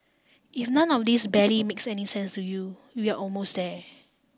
if none of this barely makes any sense to you we're almost there